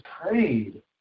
prayed